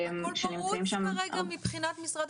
שנמצאים שם --- הכל פרוץ כרגע מבחינת משרד